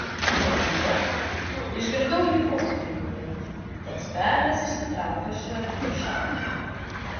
ir tada išgirdau jį postringaujant tas bernas išsitraukia šratinį šautuvą